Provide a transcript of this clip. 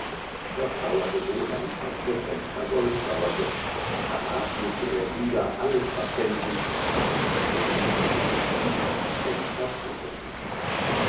das dauerte so lang als der centner gold dauerte darnach mußte er wieder alles verpfänden und auf das waldschloß zurückziehen und kartoffeln essen